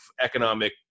economic